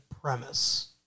premise